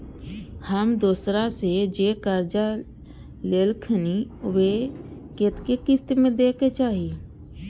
हम दोसरा से जे कर्जा लेलखिन वे के कतेक किस्त में दे के चाही?